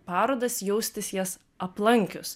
parodas jaustis jas aplankius